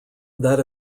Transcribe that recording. that